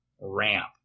ramp